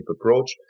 approach